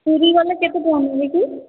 ପୁରୀ ଗଲେ କେତେ ଟଙ୍କା ନେବେ କି